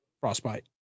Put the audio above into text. Frostbite